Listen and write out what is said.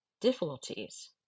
difficulties